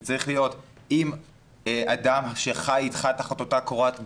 זה צריך להיות אם אדם שחי אתך תחת אותה קורת גג,